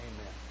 Amen